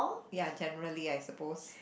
ya generally I suppose